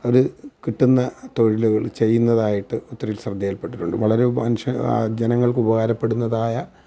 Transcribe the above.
അവർ കി ട്ടുന്ന തൊഴിലുകള് ചെയ്യുന്നതായിട്ട് ഒത്തിരി ശ്രദ്ധയില്പ്പെട്ടിട്ടുണ്ട് വളരെ മനുഷ്യർക്ക് ജനങ്ങള്ക്ക് ഉപകാരപ്പെടുന്നതായ